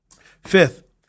Fifth